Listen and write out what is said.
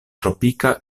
tropika